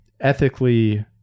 ethically